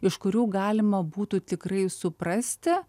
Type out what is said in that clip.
iš kurių galima būtų tikrai suprasti